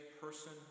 person